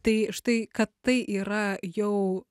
tai štai kad tai yra jau